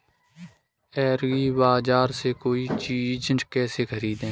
एग्रीबाजार से कोई चीज केसे खरीदें?